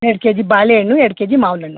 ಎರಡು ಕೆಜಿ ಬಾಳೆಹಣ್ಣು ಎರಡು ಕೆಜಿ ಮಾವಿನ ಹಣ್ಣು